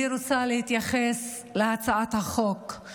אני רוצה להתייחס להצעת החוק,